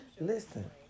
Listen